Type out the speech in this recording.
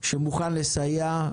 שמוכן לסייע,